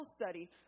study